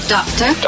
Doctor